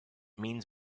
means